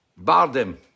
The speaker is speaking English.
Bardem